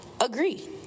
agree